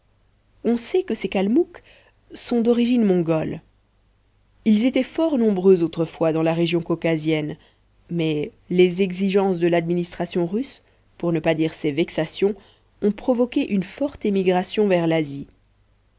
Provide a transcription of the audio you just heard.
on sait que ces kalmouks sont d'origine mongole ils étaient fort nombreux autrefois dans la région caucasienne mais les exigences de l'administration russe pour ne pas dire ses vexations ont provoqué une forte émigration vers l'asie